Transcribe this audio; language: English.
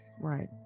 right